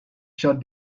short